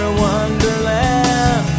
wonderland